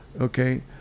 Okay